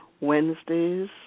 Wednesdays